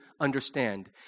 understand